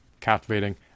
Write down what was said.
captivating